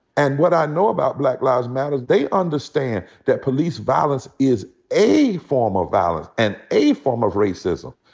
and what i know about black lives matter is they understand that police violence is a form of violence and a form of racism.